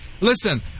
Listen